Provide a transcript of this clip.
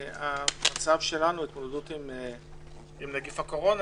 המצב שלנו בהתמודדות עם נגיף הקורונה